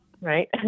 right